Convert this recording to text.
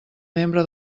membre